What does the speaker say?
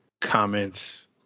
comments